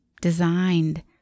designed